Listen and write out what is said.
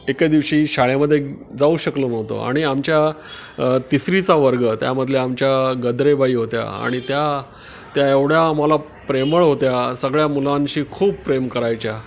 एके दिवशी शाळेमध्ये जाऊ शकलो नव्हतो आणि आमच्या तिसरीचा वर्ग त्यामधले आमच्या गद्रेबाई होत्या आणि त्या त्या एवढ्या आम्हाला प्रेमळ होत्या सगळ्या मुलांशी खूप प्रेम करायच्या